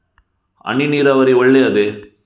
ಹನಿ ನೀರಾವರಿ ಒಳ್ಳೆಯದೇ?